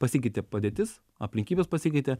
pasikeitė padėtis aplinkybės pasikeitė